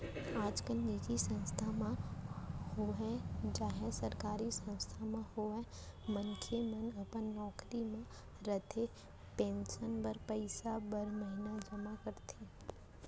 आजकाल निजी संस्था म होवय चाहे सरकारी संस्था म होवय मनसे मन अपन नौकरी म रहते पेंसन बर पइसा हर महिना जमा करथे